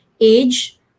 age